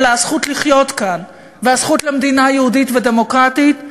אלא הזכות לחיות כאן והזכות למדינה יהודית ודמוקרטית,